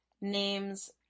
names